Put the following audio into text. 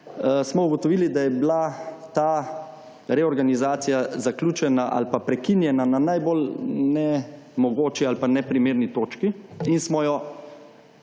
smo ugotovili, da je bila ta reorganizacija zaključena ali pa prekinjena na najbolj nemogoč ali pa neprimerni točki in smo jo